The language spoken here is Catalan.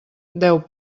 deu